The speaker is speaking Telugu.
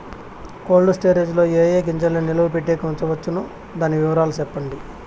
కోల్డ్ స్టోరేజ్ లో ఏ ఏ గింజల్ని నిలువ పెట్టేకి ఉంచవచ్చును? దాని వివరాలు సెప్పండి?